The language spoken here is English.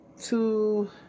two